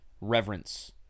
reverence